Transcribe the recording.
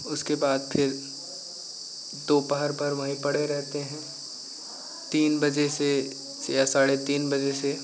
उसके बाद फिर दोपहर भर वही पड़े रहते हैं तीन बजे से या साढ़े तीन बजे से